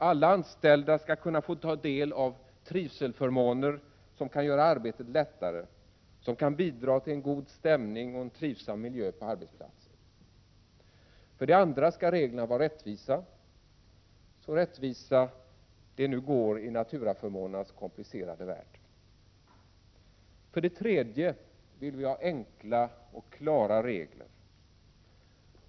Alla anställda skall kunna få ta del av trivselförmåner som kan göra arbetet lättare och som kan bidra till en god stämning och en trivsam miljö på arbetsplatsen. För det andra skall reglerna vara rättvisa — så rättvisa det nu går i naturaförmånernas komplicerade värld. För det tredje vill vi ha enkla och klara regler.